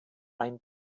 ein